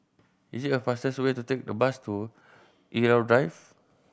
is it a faster way to take the bus to Irau Drive